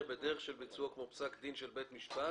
בדרך של ביצועו כמו פסק דין של בית משפט